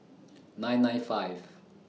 nine nine five